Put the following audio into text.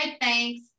thanks